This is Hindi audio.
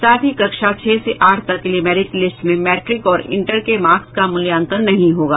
साथ ही कक्षा छह से आठ तक के लिये मेरिट लिस्ट में मैंट्रिक और इंटर के मार्क्स का मूल्याकन नहीं होगा